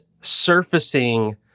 surfacing